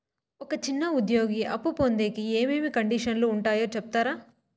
ఒక చిన్న ఉద్యోగి అప్పు పొందేకి ఏమేమి కండిషన్లు ఉంటాయో సెప్తారా?